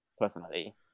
personally